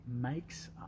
makes